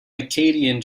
akkadian